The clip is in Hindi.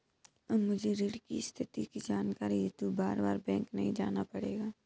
अब मुझे ऋण की स्थिति की जानकारी हेतु बारबार बैंक नहीं जाना पड़ेगा